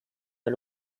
der